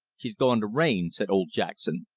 she's goin' to rain, said old jackson.